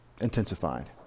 intensified